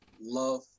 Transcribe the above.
Love